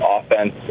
offense